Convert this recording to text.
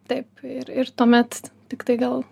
taip ir ir tuomet tiktai gal